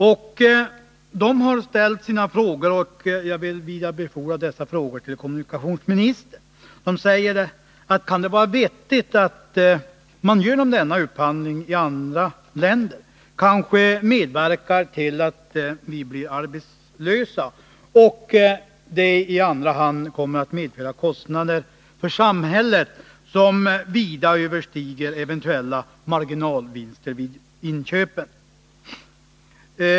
Man har ställt frågor, och jag vill vidarebefordra en av dessa till kommunikationsministern: Kan det vara vettigt att SJ genom denna upphandling kanske medverkar till att vi blir arbetslösa, vilket i andra hand kommer att medföra kostnader för samhället som vida överstiger eventuella marginalvinster vid inköpen?